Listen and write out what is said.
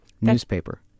newspaper